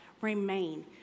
Remain